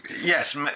Yes